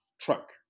truck